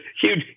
huge